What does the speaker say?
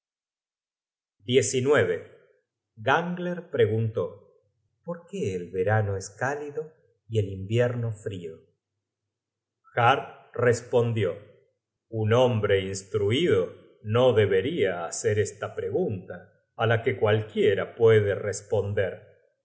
gangler preguntó por qué el verano es cálido y el invierno frio har respondió un hombre instruido no deberia hacer esta pregunta á la que cualquiera puede responder